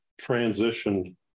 transitioned